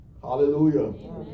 Hallelujah